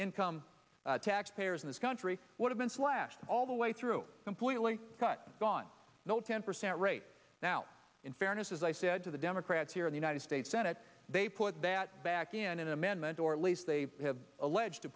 income taxpayers in this country would have been slashed all the way through completely cut on no ten percent rate now in fairness as i said to the democrats here in the united states senate they put that back in an amendment or at least they have alleged to